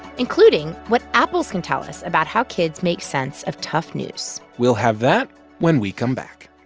including what apples can tell us about how kids make sense of tough news we'll have that when we come back